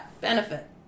benefit